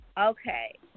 Okay